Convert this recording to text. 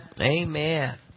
amen